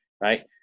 right